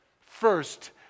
First